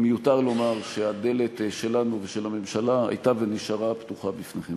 מיותר לומר שהדלת שלנו ושל הממשלה הייתה ונשארה פתוחה בפניכם.